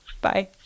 Bye